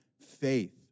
faith